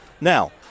Now